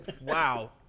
Wow